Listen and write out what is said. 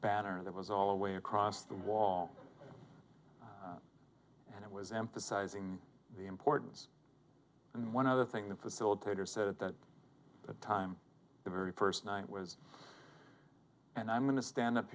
batter that was all the way across the wall and it was emphasizing the importance and one other thing the facilitator said at that time the very first night was and i'm going to stand up